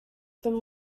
them